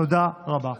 תודה רבה.